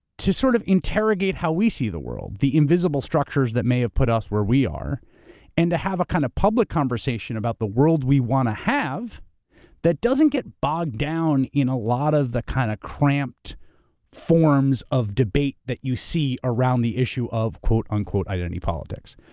to sort of interrogate how we see the world, the invisible structures that may have put us where we are and to have a kind of public conversation about the world we want to have that doesn't get bogged down in a lot of the kind of cramped forms of debate that you see around the issue of quote, unquote, identity politics.